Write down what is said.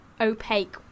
opaque